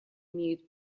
имеют